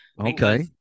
okay